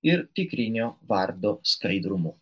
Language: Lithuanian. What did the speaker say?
ir tikrinio vardo skaidrumu